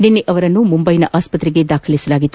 ನಿನ್ನೆ ಅವರನ್ನು ಮುಂಬೈನ ಆಸ್ಪತ್ತೆಗೆ ದಾಖಲಿಸಲಾಗಿತ್ತು